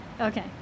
Okay